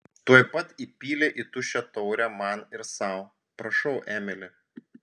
tuoj pat įpylė į tuščią taurę man ir sau prašau emili